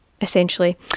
essentially